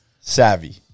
savvy